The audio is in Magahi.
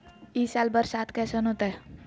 ई साल बरसात कैसन होतय?